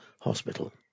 Hospital